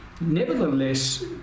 nevertheless